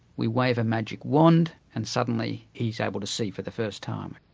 we wave a magic wand and suddenly he's able to see for the first time.